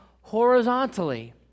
horizontally